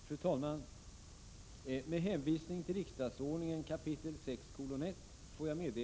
Fru talman!